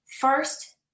first